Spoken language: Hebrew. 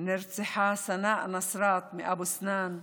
נרצחה סנאא נסרה מאבו סנאן,